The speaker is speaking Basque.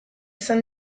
izan